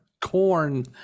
corn